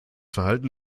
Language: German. verhalten